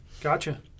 Gotcha